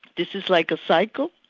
this is like a cycle,